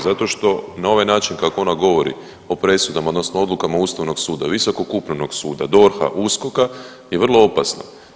Zato što na ovaj način kako ona govori o presudama odnosno odlukama Ustavnog suda, Visokog upravnog suda, DORH-a, USKOK-a je vrlo opasno.